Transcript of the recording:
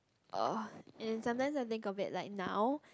uh and sometimes I think of it like now